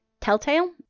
telltale